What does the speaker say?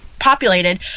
populated